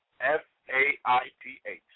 F-A-I-T-H